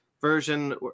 version